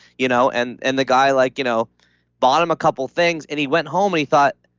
you know and and the guy like you know bought him a couple of things, and he went home, and he thought,